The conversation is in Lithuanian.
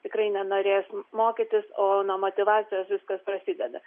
tikrai nenorės mokytis o nuo motyvacijos viskas prasideda